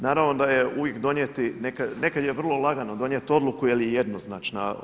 Naravno da je uvijek donijeti, nekad je vrlo lagano donijeti odluku jer je jednoznačna.